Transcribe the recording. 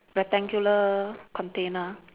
rectangular container